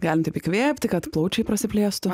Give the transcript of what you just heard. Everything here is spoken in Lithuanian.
galim taip įkvėpti kad plaučiai prasiplėstų